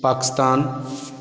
Pakistan